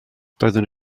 doeddwn